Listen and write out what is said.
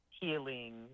healing